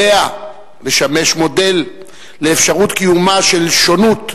עליה לשמש מודל לאפשרות קיומה של שונות,